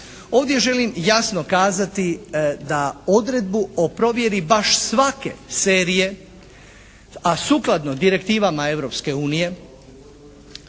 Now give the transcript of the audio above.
Ovdje želim jasno kazati da odredbu o provjeri baš svake serije, a sukladno direktivama